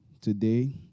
today